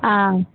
ஆ